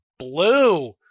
Blue